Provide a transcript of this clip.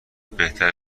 بهتره